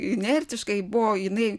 inertiškai buvo jinai